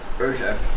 Okay